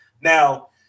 Now